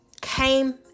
came